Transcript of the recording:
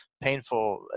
painful